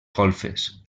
golfes